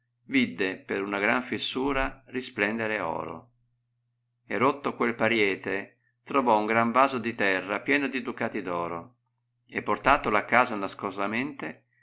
vidde per una gran fissura ris lendere oro e rotto quel pariete trovò un gran vaso di teri a pieno di ducati d oro e portatolo a casa nascosamente